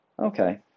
Okay